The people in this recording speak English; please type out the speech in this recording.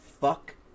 Fuck